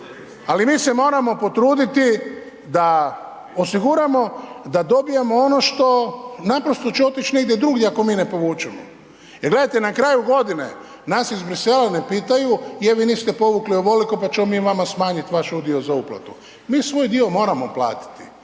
ali mi se moramo potruditi da osigurano da dobijemo ono što naprosto će otić negdje drugdje ako mi ne povučemo jer gledajte, na kraju godine nas iz Bruxellesa ne pitaju je, vi niste povukli ovoliko pa ćemo mi vama smanjiti vaš udio za uplatu. Mi svoj dio moramo platiti